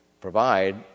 provide